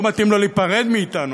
לא מתאים לו להיפרד מאתנו,